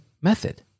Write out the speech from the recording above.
method